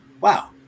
wow